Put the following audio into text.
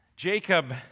Jacob